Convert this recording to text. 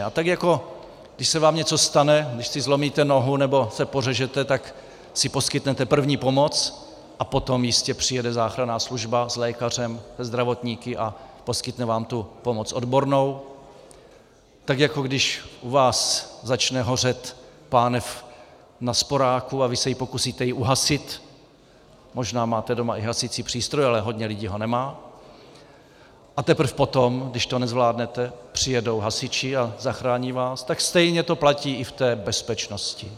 A tak jako když se vám něco stane, když si zlomíte nohu nebo se pořežete, tak si poskytnete první pomoc a potom jistě přijede záchranná služba s lékařem, se zdravotníky a poskytne vám tu pomoc odbornou, tak jako když u vás začne hořet pánev na sporáku a vy se ji pokusíte uhasit možná máte doma i hasicí přístroj, ale hodně lidí ho nemá a teprve potom, když to nezvládnete, přijedou hasiči a zachrání vás, tak stejně to platí i v té bezpečnosti.